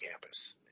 campus